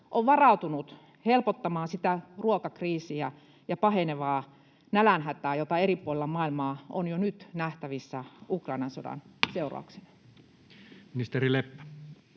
ovat varautuneet helpottamaan sitä ruokakriisiä ja pahenevaa nälänhätää, jota eri puolilla maailmaa on jo nyt nähtävissä Ukrainan sodan seurauksena? Ministeri Leppä.